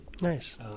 Nice